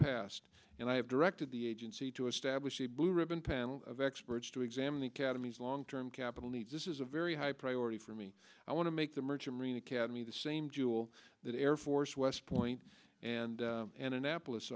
past and i have directed the agency to establish a blue ribbon panel of experts to examine the cademy long term capital needs this is a very high priority for me i want to make the merchant marine academy the same jewel that air force west point and and annapolis